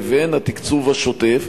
לבין התקצוב השוטף.